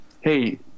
hey